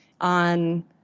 on